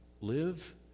live